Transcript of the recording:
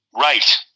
Right